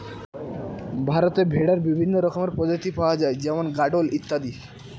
ভারতে ভেড়ার বিভিন্ন রকমের প্রজাতি পাওয়া যায় যেমন গাড়োল ইত্যাদি